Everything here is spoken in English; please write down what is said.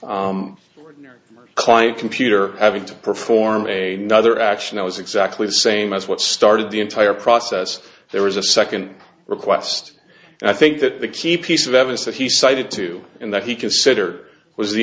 client computer having to perform a nother action that was exactly the same as what started the entire process there was a second request and i think that the key piece of evidence that he cited to and that he considered was the